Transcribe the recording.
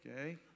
Okay